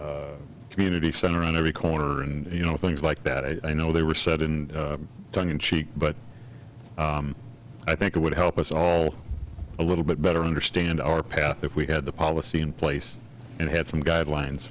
community center around every corner and you know things like that i know they were said in tongue in cheek but i think it would help us all a little bit better understand our path if we had the policy in place and had some guidelines